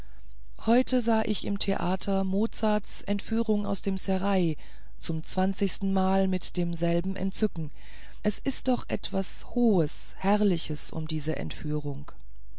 heute sah ich im theater mozarts entführung aus dem serail zum zwanzigstenmal mit demselben entzücken es ist doch was hohes herrliches um diese entführung